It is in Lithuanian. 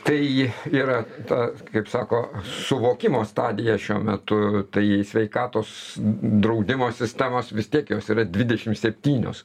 tai yra ta kaip sako suvokimo stadija šiuo metu tai sveikatos draudimo sistemos vis tiek jos yra dvidešim septynios